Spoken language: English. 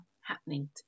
happening